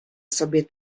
sobie